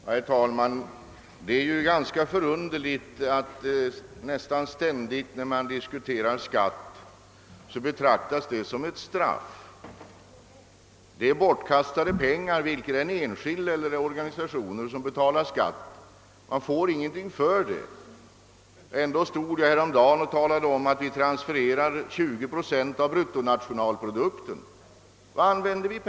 Herr talman! Det är ganska förunderligt att man nästan ständigt när vi diskuterar skatter betraktar dem som ett straff och som bortkastade pengar, antingen det är enskilda eller organisationer som betalar. Ändå transfererar vi, som jag nämnde häromdagen, 20 procent av bruttonationalprodukten.